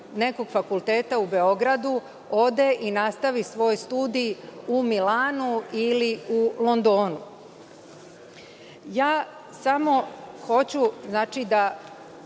nekog fakulteta u Beogradu, ode i nastavi svoje studije u Milanu ili u Londonu? Samo hoću da